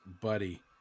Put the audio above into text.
buddy